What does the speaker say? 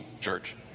church